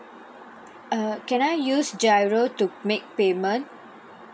uh can I use GIRO to make payment